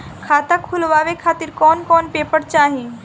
खाता खुलवाए खातिर कौन कौन पेपर चाहीं?